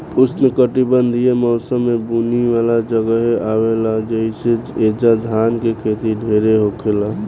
उष्णकटिबंधीय मौसम में बुनी वाला जगहे आवेला जइसे ऐजा धान के खेती ढेर होखेला